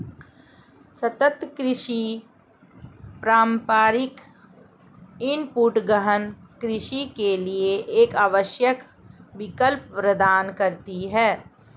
सतत कृषि पारंपरिक इनपुट गहन कृषि के लिए एक आवश्यक विकल्प प्रदान करती है